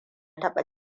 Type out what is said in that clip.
taɓa